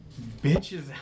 Bitches